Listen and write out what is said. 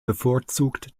bevorzugt